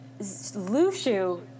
Lushu